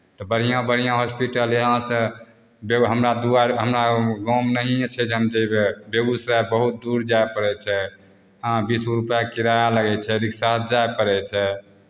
तऽ बढ़िआँ बढ़िआँ हॉस्पिटल यहाँसँ देखह हमरा दुआर हमरा गाँवमे नहिए छै जे हम जयबै बेगूसराय बहुत दूर जाय पड़ै छै बीस रुपैआ किराया लगै छै रिक्शासँ जाय पड़ै छै